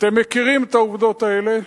אתם מכירים את העובדות האלה,